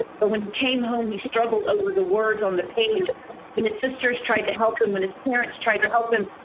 but when he came home he struggled over the words on the page. when the sisters tried to help him when his parents tried to help him,